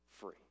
free